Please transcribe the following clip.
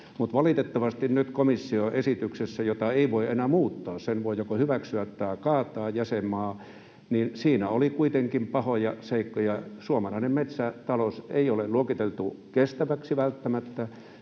valitettavasti nyt komission esityksessä — jota ei voi enää muuttaa, sen voi jäsenmaa joko hyväksyä tai kaataa — oli kuitenkin pahoja seikkoja: suomalaista metsätaloutta ei ole luokiteltu kestäväksi, välttämättä.